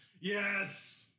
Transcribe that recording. Yes